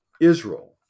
Israel